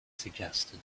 suggested